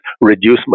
reduce